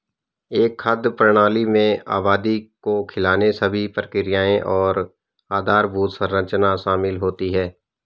एक खाद्य प्रणाली में आबादी को खिलाने सभी प्रक्रियाएं और आधारभूत संरचना शामिल होती है